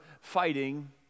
fighting